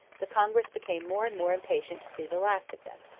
the congress became more and more impatient to see the last of them.